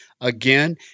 Again